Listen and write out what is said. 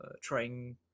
trying